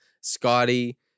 Scotty